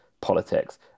politics